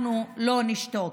אנחנו לא נשתוק.